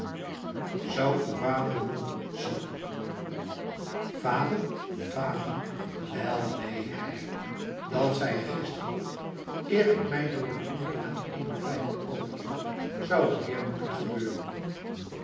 zou uw vader het doen sanne vader vader wel neen hij dat zei hij gisteren nog eer ik mij door den honger aan eenen vijand overgaf zou er meer moeten gebeuren